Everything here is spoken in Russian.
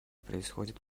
происходит